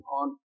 on